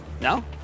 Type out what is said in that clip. no